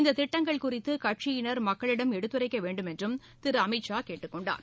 இந்ததிட்டங்கள் குறித்துகட்சியினர் மக்களிடம் எடுத்துரைக்கவேண்டுமென்றுதிருஅமித்ஷா கேட்டுக் கொண்டார்